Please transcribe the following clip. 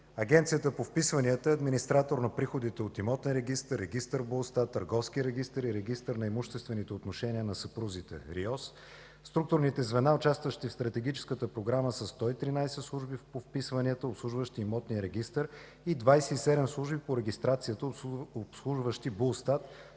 Агенцията по вписванията е администратор на приходите от Имотен регистър, регистър БУЛСТАТ, Търговски регистър и Регистър на имуществените отношения на съпрузите (РИОС). Структурните звена, участващи в стратегическата програма са 113 служби по вписванията, обслужващи Имотния регистър и 27 служби по регистрацията обслужващи БУЛСТАТ,